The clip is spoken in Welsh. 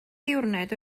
ddiwrnod